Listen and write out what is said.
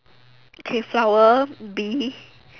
okay flower Bee